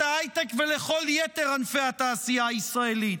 ההייטק ולכל יתר ענפי התעשייה הישראלית,